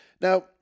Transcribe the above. Now